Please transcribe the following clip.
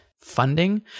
funding